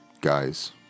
guys